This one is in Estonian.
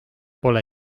pole